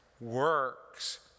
Works